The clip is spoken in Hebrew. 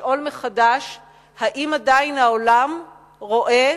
לשאול מחדש אם עדיין העולם רואה